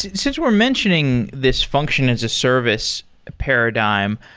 since we're mentioning this function as a service paradigm,